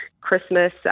Christmas